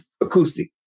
acoustic